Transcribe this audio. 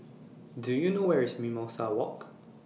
Do YOU know Where IS Mimosa Walk